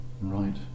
Right